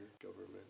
government